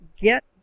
get